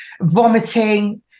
vomiting